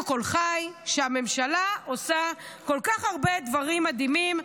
קול חי שהממשלה עושה כל כך הרבה דברים מדהימים,